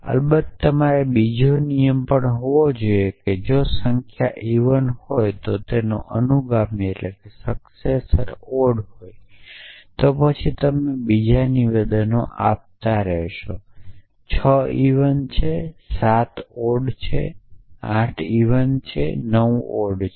અલબત્ત તમારે બીજો નિયમ પણ હોવો જોઈએ કે જો સંખ્યા ઈવન હોય અને તેનો અનુગામી ઓડ હોય તો પછી તમે બીજા નિવેદનો આપતા રહેશો 6 ઈવન છે 7 ઓડ છે 8 ઈવન છે 9 ઓડ છે